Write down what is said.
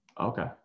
Okay